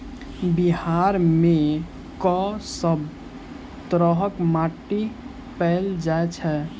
बिहार मे कऽ सब तरहक माटि पैल जाय छै?